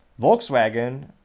Volkswagen